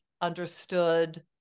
understood